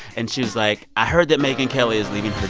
and she was like, i heard that megyn kelly is leaving her